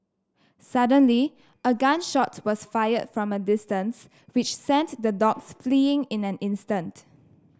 suddenly a gun shot was fired from a distance which sent the dogs fleeing in an instant